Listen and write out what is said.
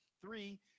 Three